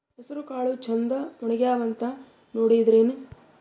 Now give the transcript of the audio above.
ಹೆಸರಕಾಳು ಛಂದ ಒಣಗ್ಯಾವಂತ ನೋಡಿದ್ರೆನ?